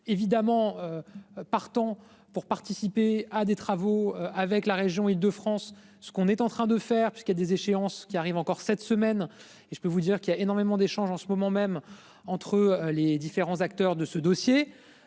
évidemment. Partant pour participer à des travaux avec la région Île-de-France, ce qu'on est en train de faire, puisqu'il y a des échéances qui arrivent encore cette semaine et je peux vous dire qu'il y a énormément d'échanges en ce moment même entre les différents acteurs de ce dossier.